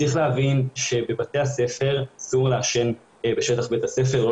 צריך להבין שבבתי הספר אסור לעשן בשטח בית הספר לא